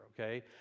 okay